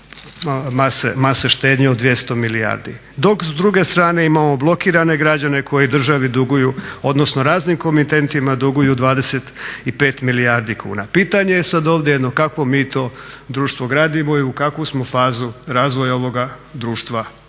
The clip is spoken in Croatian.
mase štednje od 200 milijardi. Dok s druge strane imamo blokirane građane koji državi duguju, odnosno raznim komitentima duguju 25 milijardi kuna. Pitanje je sad ovdje jedno, kakvo mi to društvo gradimo i u kakvu smo fazu razvoja ovoga društva